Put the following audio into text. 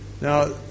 Now